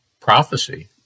prophecy